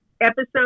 episode